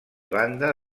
banda